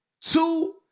Two